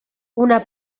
una